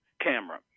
camera